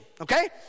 okay